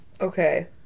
Okay